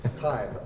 time